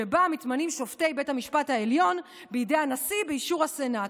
שבה מתמנים שופטי בית המשפט העליון בידי הנשיא באישור הסנאט.